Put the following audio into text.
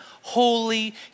holy